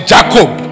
Jacob